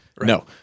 no